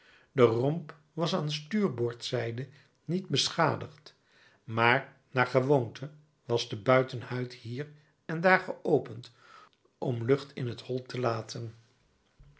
de romp was aan stuurboordzijde niet beschadigd maar naar gewoonte was de buitenhuid hier en daar geopend om lucht in t hol te laten